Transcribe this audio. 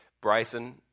Bryson